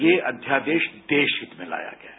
यें अध्यादेश देश हित में लाया गया है